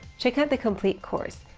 check out the complete course.